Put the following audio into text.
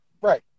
right